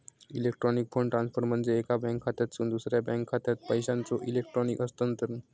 electronic fund transfer म्हणजे एका bank खात्यातसून दुसरा बँक खात्यात पैशांचो इलेक्ट्रॉनिक हस्तांतरण